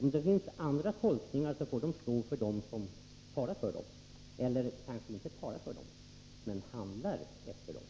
Om det finns andra tolkningar, får de stå för dem som talar för dem, eller — kanske hellre — för dem som handlar efter dem.